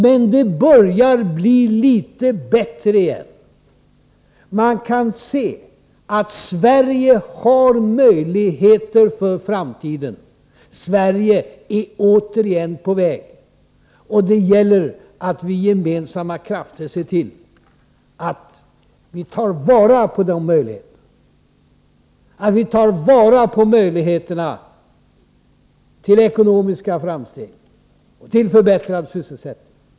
Men det börjar bli litet bättre igen. Man kan se att Sverige har möjligheter för framtiden. Sverige är återigen på väg, och det gäller att vi med gemensamma krafter ser till att vi tar vara på de möjligheterna till ekonomiska framsteg och förbättrad sysselsättning.